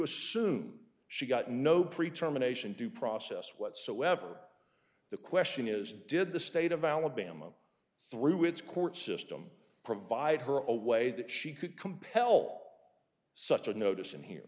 assume she got no pre term anation due process whatsoever the question is did the state of alabama through its court system provide her away that she could compel such a notice in here